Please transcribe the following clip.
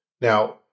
Now